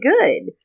good